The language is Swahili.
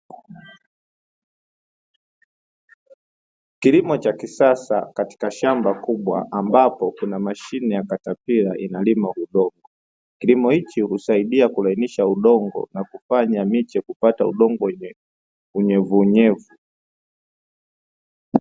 Kilimo cha kisasa katika shamba kubwa ambapo kuna mashine ya katapila inalima udongo, kilimo hiki husaidia kulainisha udongo kufanya miche kupata udongo wenye unyevunyevu.